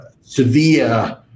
severe